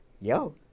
yo